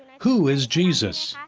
who is jesus?